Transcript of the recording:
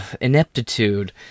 ineptitude